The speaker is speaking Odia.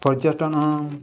ପର୍ଯ୍ୟଟନ